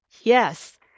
Yes